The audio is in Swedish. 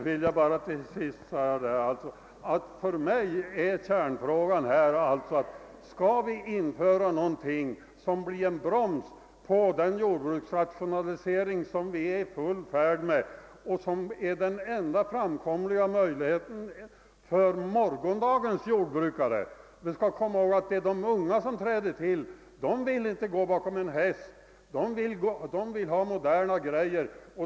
Till sist vill jag bara säga att kärnfrågan för mig är den: Skall vi här införa någonting som kan bli en broms på den jordbruksrationalisering, som vi är i full färd med och som är den enda framkomliga vägen för morgondagens jordbrukare? Vi skall komma ihåg, att det är de unga som träder till. De vill inte gå bakom en häst, de vill ha moderna grejor.